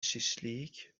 شیشلیک